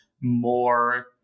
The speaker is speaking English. more